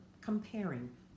comparing